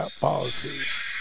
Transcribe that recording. policies